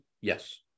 Yes